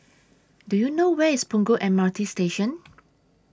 Do YOU know Where IS Punggol M R T Station